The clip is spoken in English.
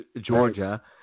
Georgia